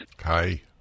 Hi